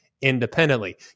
independently